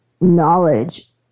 knowledge